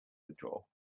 withdraw